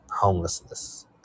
homelessness